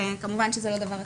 כמובן שזה לא דבר רצוי.